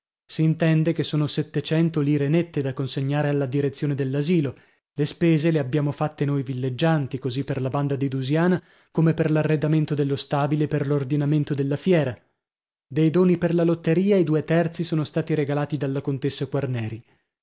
dieci s'intende che sono settecento lire nette da consegnare alla direzione dell'asilo le spese le abbiamo fatte noi villeggianti così per la banda di dusiana come per l'arredamento dello stabile e per l'ordinamento della fiera dei doni per la lotteria i due terzi sono stati regalati dalla contessa quarneri